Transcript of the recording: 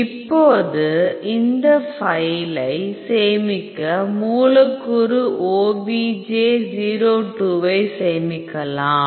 இப்போது இந்த ஃபைலை சேமிக்க மூலக்கூறு obj o2 ஐ சேமிக்கலாம்